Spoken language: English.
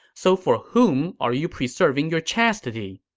so for whom are you preserving your chastity?